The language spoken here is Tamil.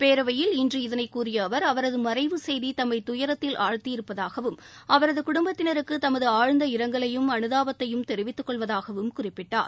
பேரவையில் இன்று இதனை கூறிய அவர் அவரது மறைவு செய்தி தம்மை தயரத்தில் ஆழ்த்தியிருப்பதாகவும் அவரது குடும்பத்தினருக்கு தமது ஆழ்ந்த் இரங்கலையும் அனுதாபத்தையும் தெரிவித்துக் கொள்வதாகவும் குறிப்பிட்டார்